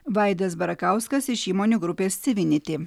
vaidas barakauskas iš įmonių grupės civinity